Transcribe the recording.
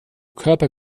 körper